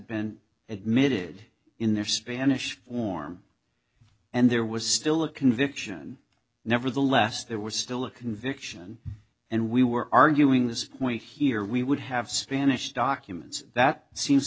been admitted in their standish form and there was still a conviction nevertheless there was still a conviction and we were arguing this point here we would have spanish documents that seems